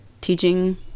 teaching